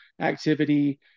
activity